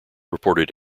reported